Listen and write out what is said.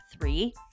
three